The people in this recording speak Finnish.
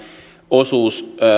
osuus